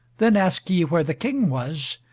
then asked he where the king was,